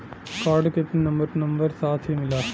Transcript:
Card के pin number number साथही मिला?